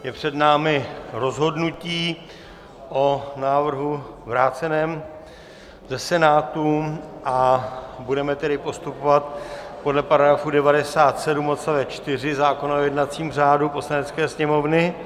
Je před námi rozhodnutí o návrhu vráceném ze Senátu a budeme tedy postupovat podle § 97 odst. 4 zákona o jednacím řádu Poslanecké sněmovny.